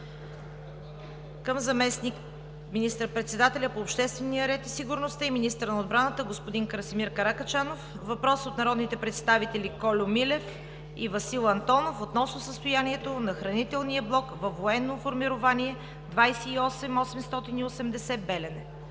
към заместник министър председателя по обществения ред и сигурността и министър на отбраната господин Красимир Каракачанов. Въпрос от народните представители Кольо Милев и Васил Антонов относно състоянието на хранителния блок във Военно формирование 28 880 – Белене.